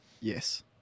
Yes